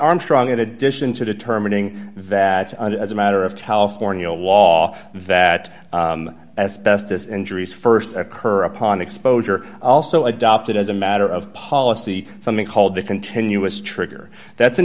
armstrong in addition to determining that as a matter of california law that as best this injuries st occur upon exposure also adopted as a matter of policy something called the continuous trigger that's an